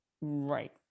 Right